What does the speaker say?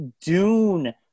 Dune